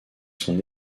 son